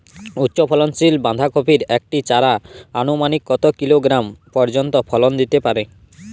উচ্চ ফলনশীল বাঁধাকপির একটি চারা আনুমানিক কত কিলোগ্রাম পর্যন্ত ফলন দিতে পারে?